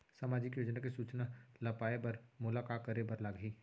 सामाजिक योजना के सूचना ल पाए बर मोला का करे बर लागही?